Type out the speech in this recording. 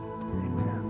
Amen